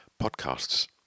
podcasts